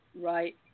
right